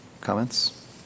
comments